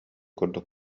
курдук